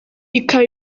ikaba